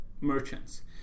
merchants